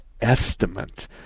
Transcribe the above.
estimate